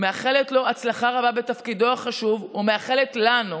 ואני מאחלת לו הצלחה רבה בתפקידו החשוב ומאחלת לנו,